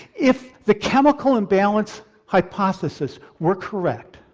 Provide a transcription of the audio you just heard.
if the chemical imbalance hypothesis were correct,